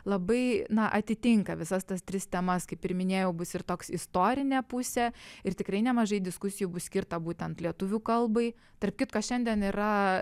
labai na atitinka visas tas tris temas kaip ir minėjau bus ir toks istorinė pusė ir tikrai nemažai diskusijų bus skirta būtent lietuvių kalbai tarp kitko šiandien yra